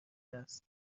است